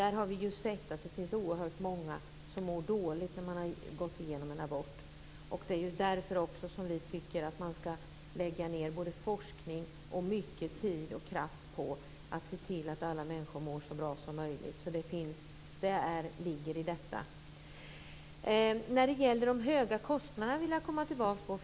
Vi har ju sett att det finns oerhört många som mår dåligt när de har gått igenom en abort. Det är därför som vi tycker att man ska lägga ned både forskning och mycket tid och kraft på att se till att alla människor mår så bra som möjligt. Det ligger i detta. När det gäller de höga kostnaderna vill jag komma tillbaka.